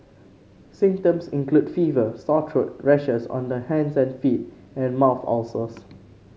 symptoms include fever sore throat rashes on the hands and feet and mouth ulcers